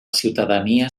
ciutadania